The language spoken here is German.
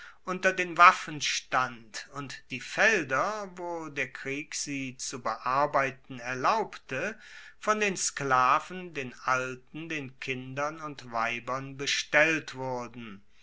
unter den waffen stand und die felder wo der krieg sie zu bearbeiten erlaubte von den sklaven den alten den kindern und weibern bestellt wurden